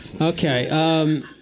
Okay